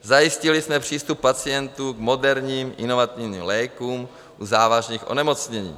Zajistili jsme přístup pacientů k moderním inovativním lékům u závažných onemocnění.